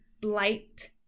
blight